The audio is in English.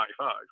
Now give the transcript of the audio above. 95